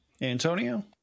Antonio